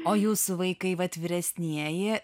o jūsų vaikai vat vyresnieji